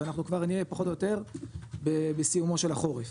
עכשיו אנחנו כבר נהיה פחות או יותר בסיומו של החורף,